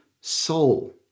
soul